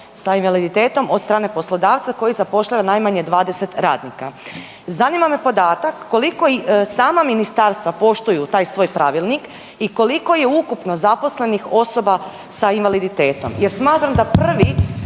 sa invaliditetom od strane poslodavca koji zapošljava najmanje 20 radnika. Zanima me podatak koliko i sama ministarstva poštuju taj svoj pravilnik i koliko je ukupno zaposlenih osoba sa invaliditetom jer smatram da prvi